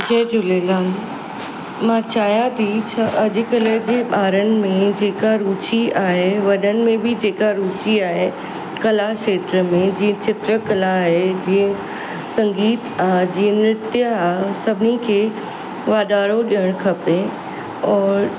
जय झूलेलाल मां चाहियां थी छा अॼुकल्ह जे ॿारनि में जेका रुची आहे वॾनि में बि जेका रुची आहे कला खेत्र में जीअं चित्रकला आहे जीअं संगीत आहे जीअं नृत्य आहे सभिनी खे वधारो ॾियण खपे और